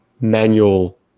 manual